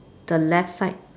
the left side